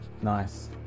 Nice